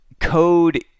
code